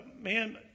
Man